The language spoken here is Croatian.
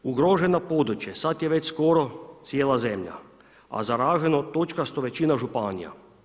Ugroženo područje, sada je već skoro cijela zemlja, a zaraženo točkasto većina županija.